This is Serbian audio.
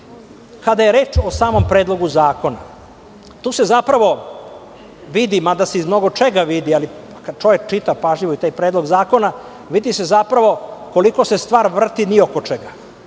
je reč o Predlogu zakona, tu se zapravo vidi, mada se i iz mnogo čega vidi, ali kada čovek čita pažljivo taj predlog zakona, vidi se koliko se stvar vrti ni oko čega,